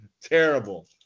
Terrible